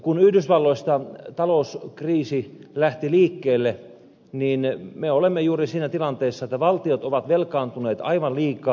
kun yhdysvalloista talouskriisi lähti liikkeelle niin me olemme juuri siinä tilanteessa että valtiot ovat velkaantuneet aivan liikaa